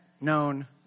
known